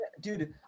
Dude